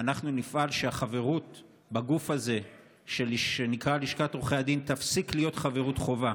אנחנו נפעל שהחברות בגוף הזה שנקרא לשכת עורכי הדין תפסיק להיות חובה.